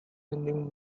ending